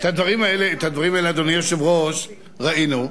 את הדברים האלה, אדוני היושב-ראש, ראינו.